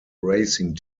racing